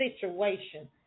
situation